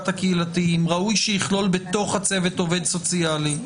הקהילתיים ראוי שיכלול בתוך הצוות עובד סוציאלי,